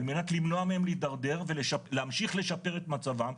על מנת למנוע מהם להתדרדר ולהמשיך לשפר את מצבם,